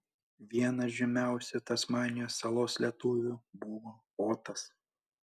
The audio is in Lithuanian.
vienas žymiausių tasmanijos salos lietuvių buvo otas